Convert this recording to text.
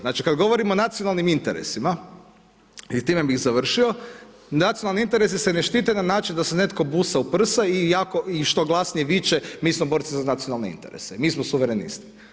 Znači kad govorimo o nacionalnim interesima, i time bih završio, nacionalni interesi se ne štite na način da se netko busa u prsa i jako, i što glasnije viče mi smo borci za nacionalne interese, mi smo suverenisti.